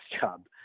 job